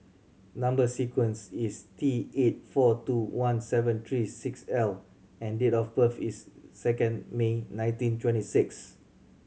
number sequence is T eight four two one seven three six L and date of birth is second May nineteen twenty six